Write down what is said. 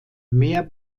mehr